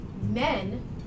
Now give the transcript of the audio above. men